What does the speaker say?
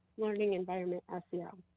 learning environment ah sel.